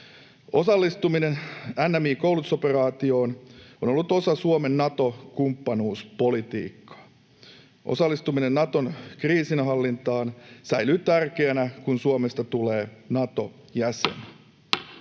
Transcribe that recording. Osallistuminen NMI-koulutusoperaatioon on ollut osa Suomen Nato-kumppanuuspolitiikkaa. Osallistuminen Naton kriisinhallintaan säilyy tärkeänä, kun Suomesta tulee Nato-jäsen.